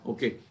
Okay